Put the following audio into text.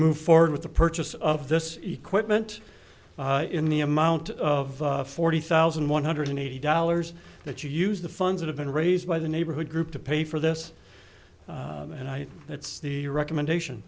move forward with the purchase of this equipment in the amount of forty thousand one hundred eighty dollars that you use the funds that have been raised by the neighborhood group to pay for this and i that's the recommendation